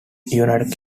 united